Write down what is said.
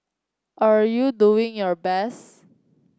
are you doing your best